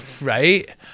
right